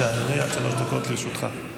אדוני, עד שלוש דקות לרשותך.